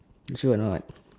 you sure or not